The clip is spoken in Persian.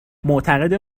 معتقده